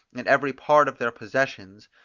in every part of their possessions,